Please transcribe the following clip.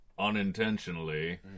unintentionally